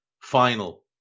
final